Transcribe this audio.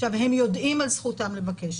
עכשיו, הם יודעים על זכותם לבקש.